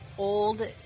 old